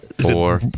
Four